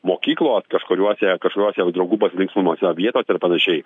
mokyklos kažkuriose kažkuriose draugų pasilinksminimose vietose ir panašiai